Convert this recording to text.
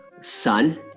Sun